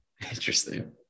Interesting